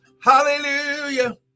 Hallelujah